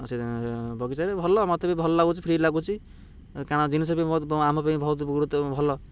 ସେ ବଗିଚାରେ ଭଲ ମୋତେ ବି ଭଲ ଲାଗୁଛି ଫ୍ରି ଲାଗୁଛି କାରଣ ଜିନିଷ ବି ଆମ ପାଇଁ ବହୁତ ଗୁରୁତ୍ୱ ଭଲ